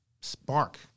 spark